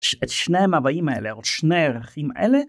את שני המוואים האלה או שני ערכים אלה